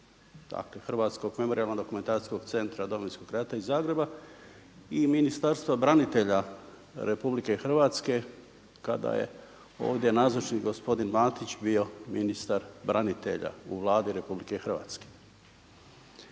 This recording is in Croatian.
Hrvatskog memorijalno-dokumentacijskog centara Domovinskog rata iz Zagreba i Ministarstva branitelja RH kada je ovdje nazočni gospodin Matić bio ministar branitelja u Vladi RH.